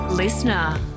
listener